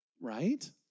right